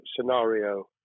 scenario